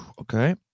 Okay